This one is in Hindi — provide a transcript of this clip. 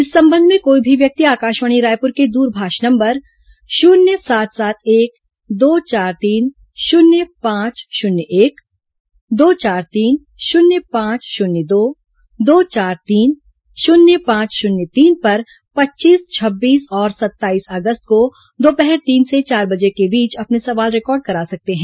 इस संबंध में कोई भी व्यक्ति आकाशवाणी रायपुर के दूरभाष नंबर शून्य सात सात एक दो चार तीन शून्य पांच शून्य एक दो चार तीन शून्य पांच शून्य दो दो चार तीन शून्य पांच शून्य तीन पर पच्चीस छबीस और सत्ताईस अगस्त को दोपहर तीन से चार बजे के बीच अपने सवाल रिकॉर्ड करा सकते हैं